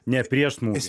ne prieš smūgį